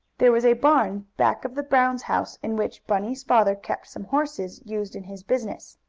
there was a barn back of the brown house, in which bunny's father kept some horses used in his business.